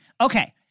Okay